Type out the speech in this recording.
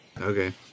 Okay